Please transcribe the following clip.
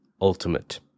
ultimate